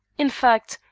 in fact,